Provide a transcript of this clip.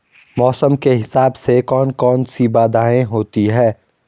मौसम के हिसाब से कौन कौन सी बाधाएं होती हैं?